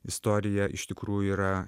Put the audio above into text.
istorija iš tikrųjų yra